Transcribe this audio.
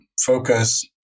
focus